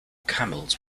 camels